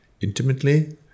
intimately